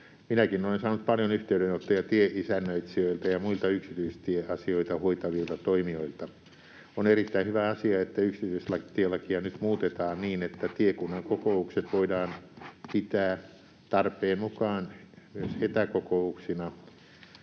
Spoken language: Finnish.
Minäkin olen saanut paljon yhteydenottoja tieisännöitsijöiltä ja muilta yksityistieasioita hoitavilta toimijoilta. On erittäin hyvä asia, että yksityistielakia nyt muutetaan niin, että tiekunnan kokoukset voidaan pitää tarpeen mukaan myös etäkokouksina